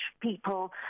people